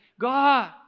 God